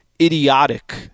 idiotic